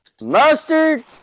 Mustard